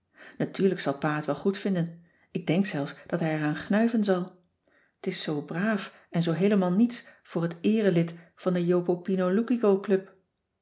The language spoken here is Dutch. natuurlijk zal pa het wel goed vinden ik denk zelfs dat hij eraan gnuiven zal t is zoo braaf en zoo heelemaal niets voor het eerelid van de jopopinoloukico club